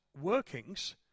workings